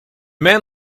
man